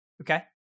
Okay